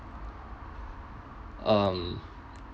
um